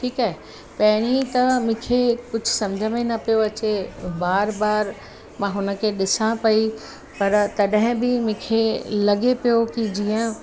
ठीकु है पहिरीं त मूंखे कुझु समुझ में न पियो अचे बार बार मां हुनखे ॾिसां पेई पर तॾहिं बि मूंखे लॻे पियो कि जीअं